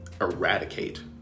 eradicate